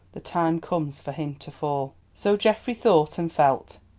the time comes for him to fall. so geoffrey thought and felt.